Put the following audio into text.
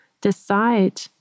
decide